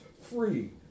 free